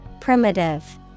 Primitive